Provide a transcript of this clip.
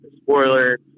spoiler